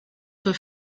for